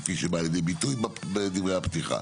כפי שבאה לידי ביטוי בדברי הפתיחה.